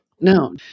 no